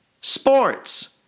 sports